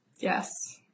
Yes